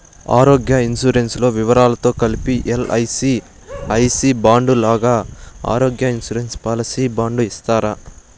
ఆరోగ్య ఇన్సూరెన్సు లో వివరాలతో కలిపి ఎల్.ఐ.సి ఐ సి బాండు లాగా ఆరోగ్య ఇన్సూరెన్సు పాలసీ బాండు ఇస్తారా?